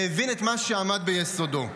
והבין את מה שעמד ביסודו.